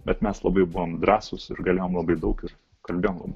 bet mes labai buvom drąsūs ir galėjom labai daug ir kalbėdavom labai